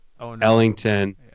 Ellington